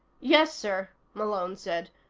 yes, sir, malone said.